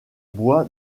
bois